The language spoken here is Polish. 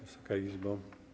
Wysoka Izbo!